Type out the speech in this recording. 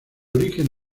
origen